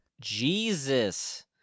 Jesus